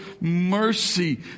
mercy